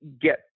get